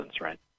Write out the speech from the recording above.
right